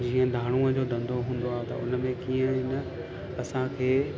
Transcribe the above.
जीअं धाणुअ जो धंधो हूंदो आहे त हुन में कीअं हिन असांखे